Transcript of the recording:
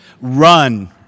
run